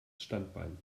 standbein